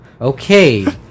Okay